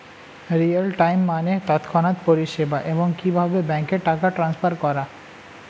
real time মানে তৎক্ষণাৎ পরিষেবা, এবং কিভাবে ব্যাংকে টাকা ট্রান্সফার করা